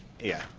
yeah.